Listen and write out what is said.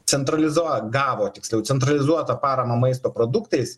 centralizava gavo tiksliau centralizuotą paramą maisto produktais